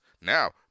Now